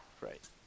right